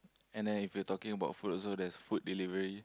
and then if you're talking about food also there's food delivery